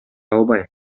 албайм